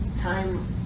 time